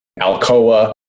Alcoa